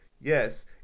Yes